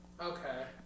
Okay